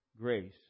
grace